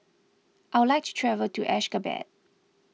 I would like to travel to Ashgabat